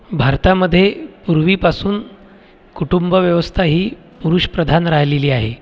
भारतामध्ये पूर्वीपासून कुटुंबव्यवस्था ही पुरुषप्रधान राहिलेली आहे